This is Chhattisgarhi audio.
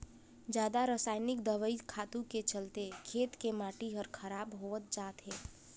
जादा रसायनिक दवई खातू के चलते खेत के माटी हर खराब होवत जात हे